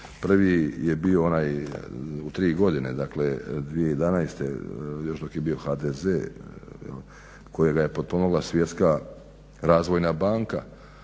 Prvi je bio onaj u tri godine, dakle 2011. još dok je bio HDZ kojega je potpomogla Svjetska razvojna banka,